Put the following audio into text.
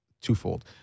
twofold